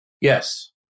Yes